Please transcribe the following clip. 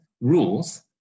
rules